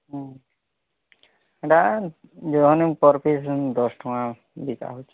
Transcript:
ହଁ ନା ଯୋଡ଼ା ନେ ପର୍ ପିସ୍ ଦଶ ଟଙ୍କା ବିକା ହେଉଛି